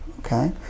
Okay